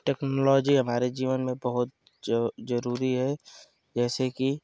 technology हमारे जीवन में बहुत ज ज़रूरी है जैसे कि